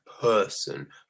person